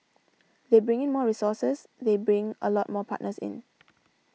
they bring in more resources they bring a lot more partners in